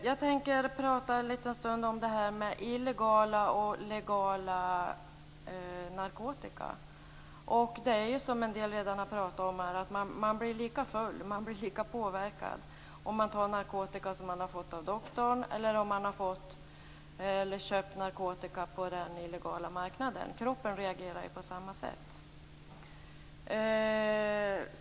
Jag tänker prata en liten stund om illegal och legal narkotika. Det är ju så, som en del redan har pratat om, att man blir lika full och lika påverkad om man använder narkotika som man har fått av doktorn som om man använder narkotika som man har köpt på den illegala marknaden. Kroppen reagerar på samma sätt.